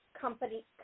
company